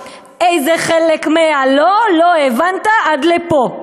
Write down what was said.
איזה חלק מה'לא' לא הבנת עד לפה?"